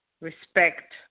respect